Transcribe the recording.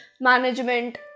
management